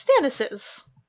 Stannis's